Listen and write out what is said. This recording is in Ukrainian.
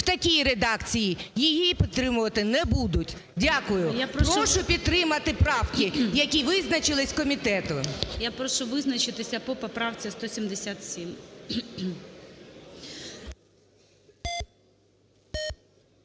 в такій редакції її підтримувати не будуть. Дякую. Прошу підтримати правки, які визначились комітетом. ГОЛОВУЮЧИЙ. Я прошу визначитися по поправці 177.